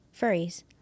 furries